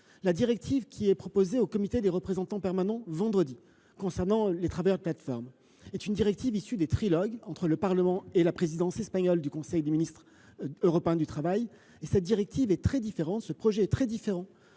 La directive qui sera proposée au Comité des représentants permanents vendredi concernant les travailleurs de plateformes est issue des trilogues entre le Parlement, la Présidence espagnole et le Conseil des ministres européens du travail. Elle est très différente du projet du Conseil. Le